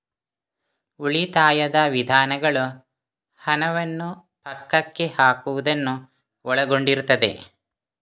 ಉಳಿತಾಯದ ವಿಧಾನಗಳು ಹಣವನ್ನು ಪಕ್ಕಕ್ಕೆ ಹಾಕುವುದನ್ನು ಒಳಗೊಂಡಿರುತ್ತದೆ